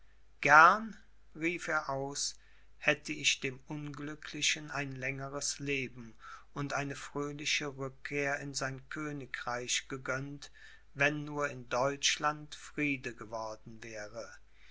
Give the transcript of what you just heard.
gern rief er aus hätte ich dem unglücklichen ein längeres leben und eine fröhliche rückkehr in sein königreich gegönnt wenn nur in deutschland friede geworden wäre